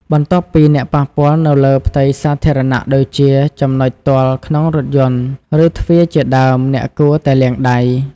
បន្ទាប់ពី អ្នកប៉ះពាល់នៅលើផ្ទៃសាធារណៈដូចជា ចំណុចទាល់ក្នុងរថយន្ត ឬទ្វារជាដើម អ្នកគួរតែលាងដៃ។